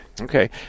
Okay